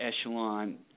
echelon